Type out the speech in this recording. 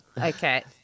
okay